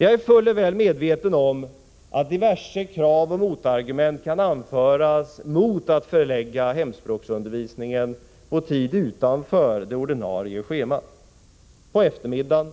Jag är fuller väl medveten om att diverse krav och motargument kan anföras mot att man förlägger hemspråksundervisningen till tid utanför det ordinarie schemat — till eftermiddagar